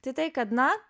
tai tai kad na